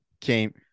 came